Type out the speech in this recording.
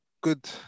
good